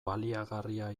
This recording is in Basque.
baliagarria